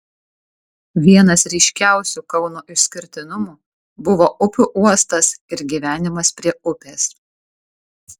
vienas ryškiausių kauno išskirtinumų buvo upių uostas ir gyvenimas prie upės